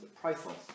priceless